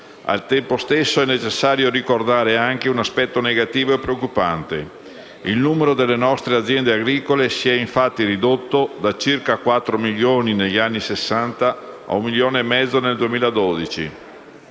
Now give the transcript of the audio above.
Al tempo stesso, è necessario ricordare anche un aspetto negativo e preoccupante: il numero delle nostre aziende agricole si è infatti ridotto dai circa 4 milioni degli anni Sessanta a 1,5 milioni nel 2012.